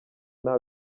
nta